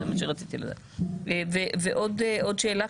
עוד שאלה,